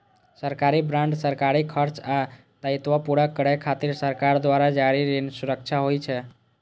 सरकारी बांड सरकारी खर्च आ दायित्व पूरा करै खातिर सरकार द्वारा जारी ऋण सुरक्षा होइ छै